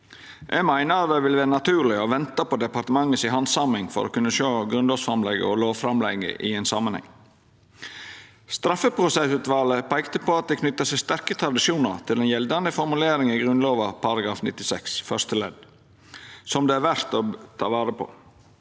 Eg meiner det vil vera naturleg å venta på departementet si handsaming for å kunna sjå grunnlovsframlegget og lovframlegget i ein samanheng. Straffeprosessutvalet peikte på at det knyter seg sterke tradisjonar til den gjeldande formuleringa i Grunnlova § 96 fyrste ledd som det er verd å ta vare på.